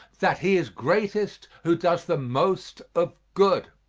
that he is greatest who does the most of good.